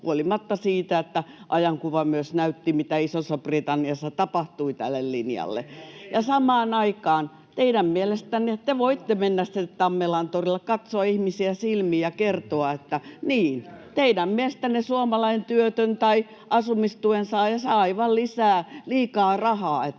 huolimatta siitä, että ajankuva myös näytti, mitä Isossa-Britanniassa tapahtui tälle linjalle. [Ben Zyskowiczin välihuuto] Ja samaan aikaan teidän mielestänne... Te voitte mennä Tammelantorille ja katsoa ihmisiä silmiin ja kertoa, että niin, teidän mielestänne suomalainen työtön tai asumistuen saaja saa aivan liikaa rahaa, että